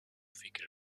fikri